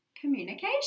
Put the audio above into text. communication